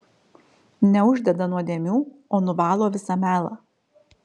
neuždeda nuodėmių o nuvalo visą melą